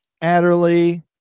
Adderley